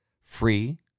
free